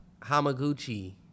Hamaguchi